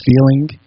feeling